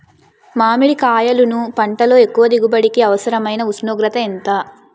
మామిడికాయలును పంటలో ఎక్కువ దిగుబడికి అవసరమైన ఉష్ణోగ్రత ఎంత?